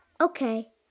Okay